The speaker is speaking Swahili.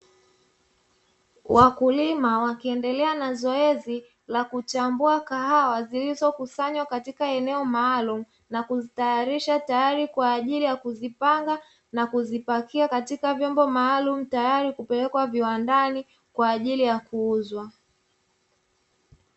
Wakulima wakiendelea na zoezi la kuchambua kahawa zilizokusanywa katika eneo maalumu, na kuzitayarisha tayari kwa ajili ya kuzipanga na kuzipakia katika vyombo maalumu tayari kupelekwa viwandani, kwa ajili ya kuuzwa.